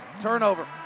turnover